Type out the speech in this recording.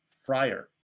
friar